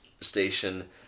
station